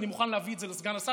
ואני מוכן להביא את זה לסגן השר,